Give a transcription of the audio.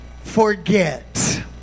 forget